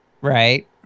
Right